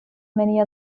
many